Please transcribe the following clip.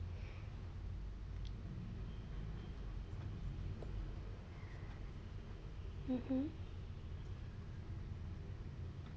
mmhmm